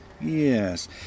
Yes